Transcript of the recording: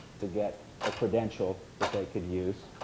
to get a credential that they could use.